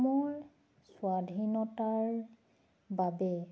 অসমৰ স্বাধীনতাৰ বাবে